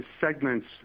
segments